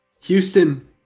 Houston